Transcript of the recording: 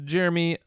Jeremy